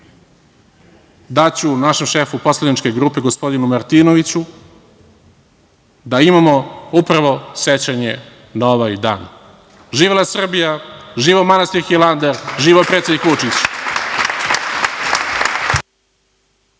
daću našem šefu poslaničke grupe, gospodinu Martinoviću, da imamo upravo sećanje na ovaj dan. Živela Srbija, živeo manastir Hilandar, živeo predsednik Vučić!